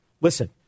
listen